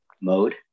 mode